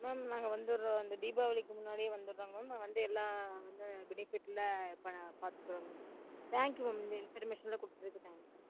ma'am நாங்கள் வந்துடுறோம் இந்த தீபாவளிக்கு முன்னாடியே வந்துடுறோம் மேம் நாங்கள் வந்து எல்லா வந்து பெனிஃபிட்டில் பா பார்த்துக்குறோங்க தேங்க் யூ மேம் இந்த இன்ஃபர்மேசன்லாம் கொடுத்ததுக்கு தேங்க்யூங்க